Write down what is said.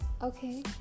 okay